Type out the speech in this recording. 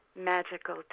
Magical